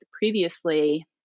previously